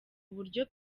uburyo